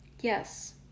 yes